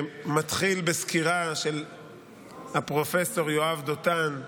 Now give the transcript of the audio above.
שמתחיל בסקירה של פרופ' יואב דותן,